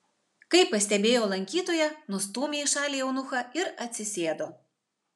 kai pastebėjo lankytoją nustūmė į šalį eunuchą ir atsisėdo